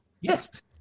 Yes